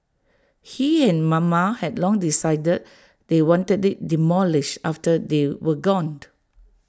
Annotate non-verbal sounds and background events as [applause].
he and mama had long decided they wanted IT demolished after they were gone [noise]